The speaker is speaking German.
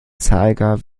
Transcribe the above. zeiger